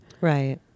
Right